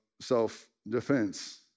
self-defense